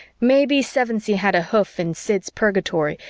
maybe sevensee had a hoof in sid's purgatory,